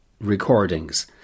recordings